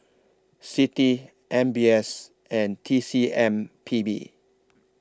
CITI M B S and T C M P B